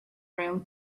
room